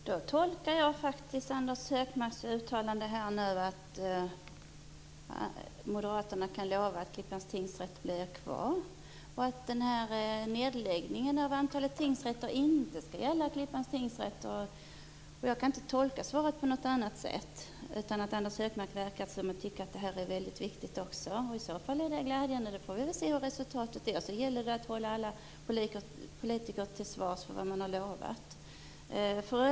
Herr talman! Då tolkar jag Anders Högmarks uttalande att Moderaterna kan lova att Klippans tingsrätt kan bli kvar. Nedläggningen av tingsrätter skall inte gälla Klippans tingsrätt. Jag kan inte tolka svaret på något annat sätt. Anders Högmark verkar också tycka att detta är viktigt. I så fall är det glädjande. Det gäller att sedan hålla politikerna till svars för vad de har lovat.